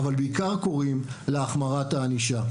אבל בעיקר קוראים להחמרת הענישה.